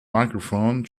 microphone